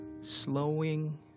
slowing